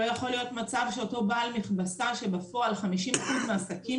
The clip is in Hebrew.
לא יכול להיות מצב שאותו בעל מכבסה שבפועל 50% מהעסקים